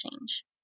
change